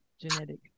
genetic